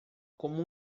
como